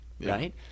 right